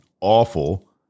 awful